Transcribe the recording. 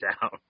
down